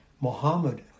Muhammad